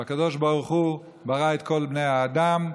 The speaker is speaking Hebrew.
והקדוש ברוך הוא ברא את כל בני האדם,